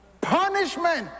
punishment